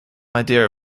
idea